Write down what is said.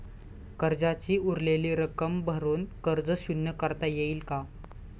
कर्जाची उरलेली रक्कम भरून कर्ज शून्य करता येईल का?